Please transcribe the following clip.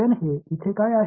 எனவேஇங்கே இந்த என்ன